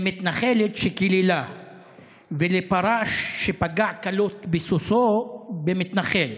למתנחלת שקיללה ולפרש שפגע קלות בסוסו במתנחל.